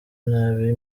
nabi